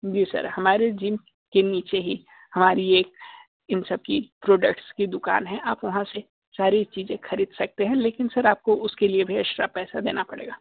जी sir हमारे gym के नीचे ही हमारी एक इन सब की प्रोडक्ट्स की दुकान है आप वहाँ से सारी चीजें खरीद सकते हैं लेकिन सर आपको उसके लिए भी एक्स्ट्रा पैसा देना पड़ेगा